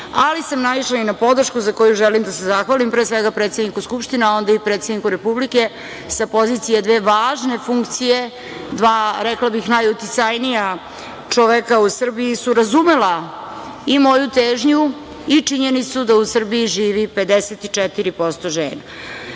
ali sam naišla i na podršku za koju želim da se zahvalim pre svega predsedniku Skupštine, a onda i predsedniku Republike sa pozicije dve važne funkcije, dva, rekla bih, najuticajnija čoveka u Srbiji su razumela i moju težnju i činjenicu da u Srbiji živi 54% žena.